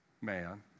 man